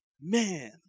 Man